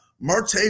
Marte